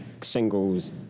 singles